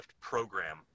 program